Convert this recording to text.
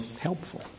helpful